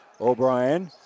O'Brien